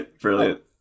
brilliant